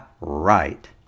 right